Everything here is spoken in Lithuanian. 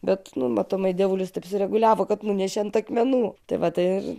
bet nu matomai dievulis taip sureguliavo kad nunešė ant akmenų tai va tai